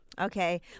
Okay